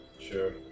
Sure